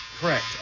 Correct